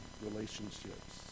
relationships